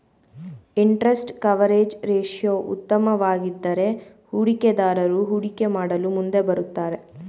interest coverage ratio ಉತ್ತಮವಾಗಿದ್ದರೆ ಹೂಡಿಕೆದಾರರು ಹೂಡಿಕೆ ಮಾಡಲು ಮುಂದೆ ಬರುತ್ತಾರೆ